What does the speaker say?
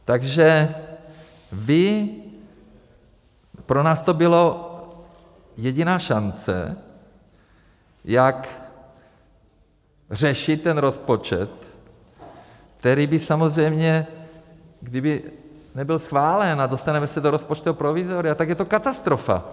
Takže pro nás to byla jediná šance, jak řešit ten rozpočet, který by samozřejmě, kdyby nebyl schválen, a dostaneme se do rozpočtového provizoria, tak je to katastrofa.